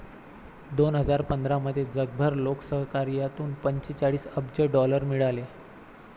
दोन हजार पंधरामध्ये जगभर लोकसहकार्यातून पंचेचाळीस अब्ज डॉलर मिळाले